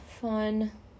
fun